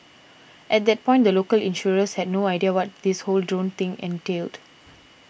at that point the local insurers had no idea what this whole drone thing entailed